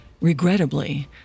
Regrettably